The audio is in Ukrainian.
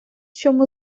чому